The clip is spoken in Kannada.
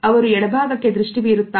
ಅವರು ಎಡಭಾಗಕ್ಕೆ ದೃಷ್ಟಿ ಬೀರುತ್ತಾರೆ